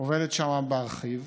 עובדת שם בארכיב.